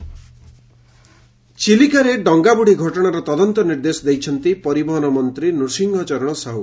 ଚିଲିକା ଡଙ୍ଗାବୃଡ଼ି ଚିଲିକାରେ ଡଙ୍ଙାବୁଡ଼ି ଘଟଣାର ତଦନ୍ତ ନିର୍ଦ୍ଦେଶ ଦେଇଛନ୍ତି ପରିବହନ ମନ୍ତୀ ନୁସିଂହ ଚରଣ ସାହୁ